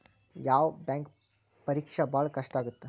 ಯಾವ್ ಬ್ಯಾಂಕ್ ಪರೇಕ್ಷೆ ಭಾಳ್ ಕಷ್ಟ ಆಗತ್ತಾ?